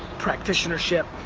practitionership.